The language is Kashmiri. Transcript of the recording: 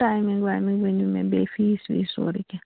ٹایمِنٛگ وایمِنٛگ ؤنیُو مےٚ بیٚیہ فیٖس ویٖس سورُے کیٚنہہ